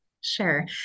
Sure